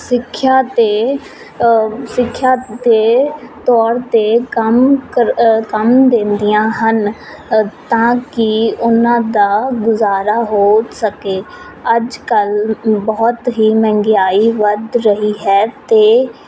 ਸਿੱਖਿਆ ਅਤੇ ਸਿੱਖਿਆ ਅਤੇ ਤੌਰ 'ਤੇ ਕੰਮ ਕਾਰ ਕੰਮ ਦਿੰਦੀਆਂ ਹਨ ਤਾਂ ਕਿ ਉਹਨਾਂ ਦਾ ਗੁਜ਼ਾਰਾ ਹੋ ਸਕੇ ਅੱਜ ਕੱਲ੍ਹ ਬਹੁਤ ਹੀ ਮਹਿੰਗਾਈ ਵੱਧ ਰਹੀ ਹੈ ਅਤੇ